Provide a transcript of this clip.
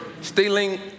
stealing